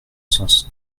sens